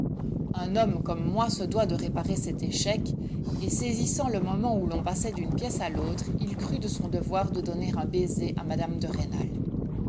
un homme comme moi se doit de réparer cet échec et saisissant le moment où l'on passait d'une pièce à l'autre il crut de son devoir de donner un baiser à mme de rênal